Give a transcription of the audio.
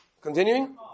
Continuing